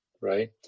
right